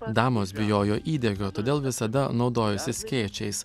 damos bijojo įdegio todėl visada naudojosi skėčiais